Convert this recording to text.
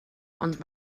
ond